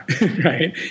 right